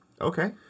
Okay